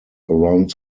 around